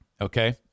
Okay